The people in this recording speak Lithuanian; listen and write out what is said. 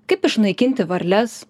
kaip išnaikinti varles